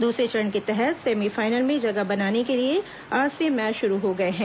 दूसरे चरण के तहत सेमीफाइनल में जगह बनाने के लिए आज से मैच शुरू हो गए हैं